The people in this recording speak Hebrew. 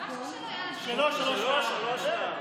שלו זה 3 ו-4.